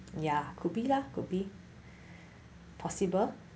ya could be lah could be possible